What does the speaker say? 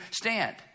stand